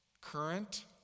current